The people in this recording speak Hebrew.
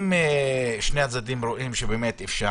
אם שני הצדדים רואים שאפשר,